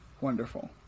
Wonderful